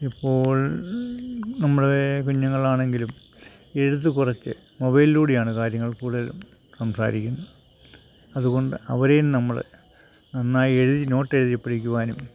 ഇപ്പോൾ നമ്മുടെ കുഞ്ഞുങ്ങളാണെങ്കിലും എഴുത്ത് കുറച്ച് മൊബൈലിലൂടെയാണ് കാര്യങ്ങൾ കൂടുതലും സംസാരിക്കുന്നെ അതുകൊണ്ട് അവരെയും നമ്മള് നന്നായി എഴുതി നോട്ട് എഴുതിപ്പഠിക്കുവാനും